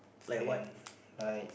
and like